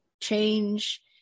change